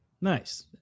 Nice